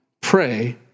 pray